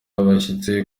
abashyitsi